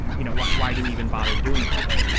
you know what why do we even bother doing this.